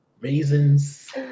raisins